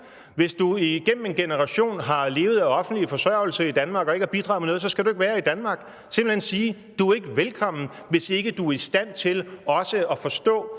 Hvis du igennem en generation har levet af offentlig forsørgelse i Danmark og ikke har bidraget med noget, så skal du ikke være i Danmark. Du er ikke velkommen, hvis ikke du er i stand til også at forstå